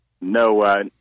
no –